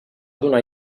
donar